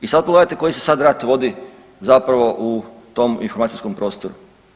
I sad pogledajte koji se sad rat vodi zapravo u tom informacijskom prostoru?